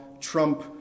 trump